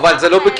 לא.